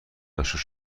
اشنا